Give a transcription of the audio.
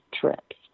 trips